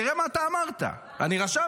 תראה מה אתה אמרת, אני רשמתי: